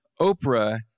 Oprah